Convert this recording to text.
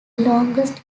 longest